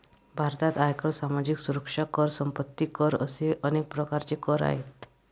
भारतात आयकर, सामाजिक सुरक्षा कर, संपत्ती कर असे अनेक प्रकारचे कर आहेत